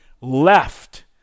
left